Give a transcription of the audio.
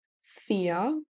fear